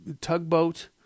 Tugboat